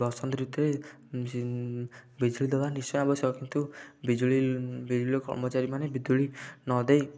ବସନ୍ତ ଋତୁରେ ବିଜୁଳି ଦବା ନିଶ୍ଚୟ ଆବଶ୍ୟକ କିନ୍ତୁ ବିଜୁଳି ବିଜୁଳିର କର୍ମଚାରୀ ମାନେ ବିଜୁଳି ନଦେଇ